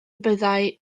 byddai